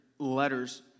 letters